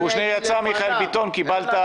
קושניר יצא, מיכאל ביטון קיבלת.